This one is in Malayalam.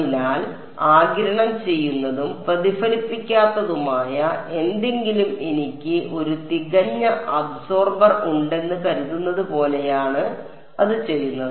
അതിനാൽ ആഗിരണം ചെയ്യുന്നതും പ്രതിഫലിപ്പിക്കാത്തതുമായ എന്തെങ്കിലും എനിക്ക് ഒരു തികഞ്ഞ അബ്സോർബർ ഉണ്ടെന്ന് കരുതുന്നത് പോലെയാണ് അത് ചെയ്യുന്നത്